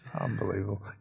Unbelievable